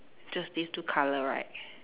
just these two colour right